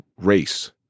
race